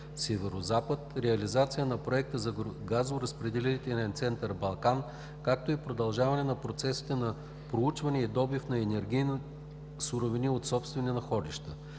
северозапад, реализацията на проекта за газоразпределителен център „Балкан“, както и продължаване на процесите на проучване и добив на енергийни суровини от собствени находища.